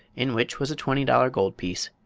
in which was a twenty dollars gold piece.